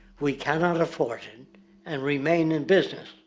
we cannot afford it and remain in business.